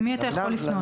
למי אתה יכול לפנות?